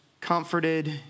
comforted